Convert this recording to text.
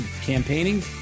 campaigning